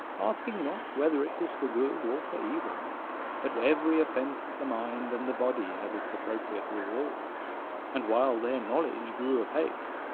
asking not whether it was for good or for evil but every offense of the mind and the body has its appropriate reward and while their knowledge grew apace,